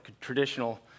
traditional